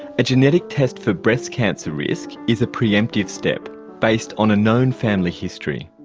a genetic test for breast cancer risk is a pre-emptive step based on a known family history.